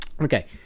Okay